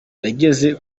yageze